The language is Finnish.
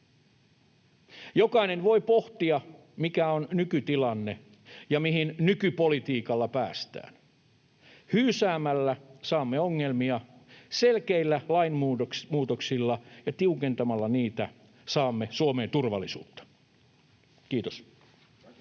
Jokainen voi pohtia, mikä on nykytilanne ja mihin nykypolitiikalla päästään. Hyysäämällä saamme ongelmia, selkeillä lainmuutoksilla ja tiukentamalla niitä saamme Suomeen turvallisuutta. — Kiitos.